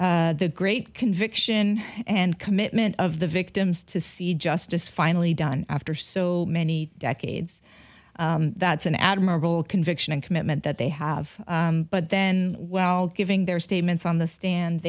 the great conviction and commitment of the victims to see justice finally done after so many decades that's an admirable conviction and commitment that they have but then well giving their statements on the stand